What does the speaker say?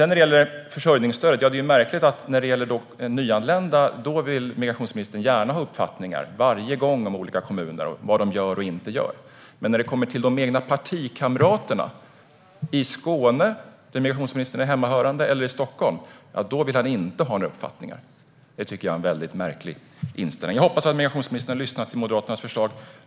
När det gäller försörjningsstödet är det märkligt att migrationsministern när det gäller nyanlända gärna vill ha uppfattningar om olika kommuner och vad de gör och inte gör - varje gång. När det kommer till de egna partikamraterna i Skåne, där migrationsministern är hemmahörande, eller i Stockholm vill han dock inte ha någon uppfattning. Det tycker jag är en mycket märklig inställning. Jag hoppas att migrationsministern lyssnar till Moderaternas förslag.